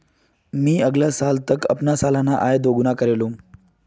मी अगला साल तक अपना सालाना आय दो गुना करे लूम